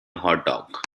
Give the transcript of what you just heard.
hotdog